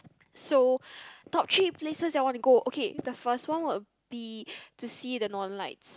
so top three places that I want to go okay the first one will be to see the northern lights